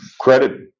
credit